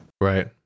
right